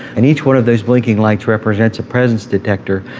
and each one of those blinking lights represents a presence detector,